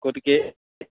গতিকে